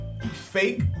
Fake